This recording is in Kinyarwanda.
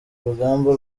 urugamba